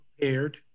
prepared